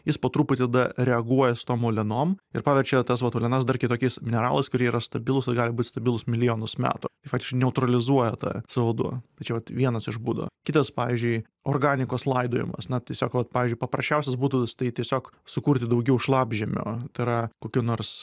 jis po truputį tada reaguoja su tom uolienom ir paverčia tas vat uolienas dar kitokiais mineralais kurie yra stabilūs ir gali būt stabilūs milijonus metų tai faktiškai neutralizuoja tą cė o du tai čia vienas iš būdų kitas pavyzdžiui organikos laidojamas na tiesiog va pavyzdžiui paprasčiausius būtų tai tiesiog sukurti daugiau šlapžemio tai yra kokių nors